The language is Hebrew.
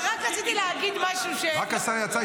רק רציתי להגיש משהו --- רק השר יצא,